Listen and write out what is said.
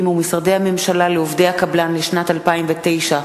ומשרדי הממשלה לעובדי הקבלן לשנת 2009,